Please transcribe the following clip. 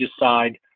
decide